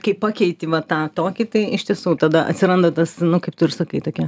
kaip pakeiti va tą tokį tai iš tiesų tada atsiranda tas nu kaip tu ir sakai tokia